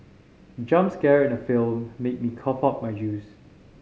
the jump scare in the film made me cough out my juice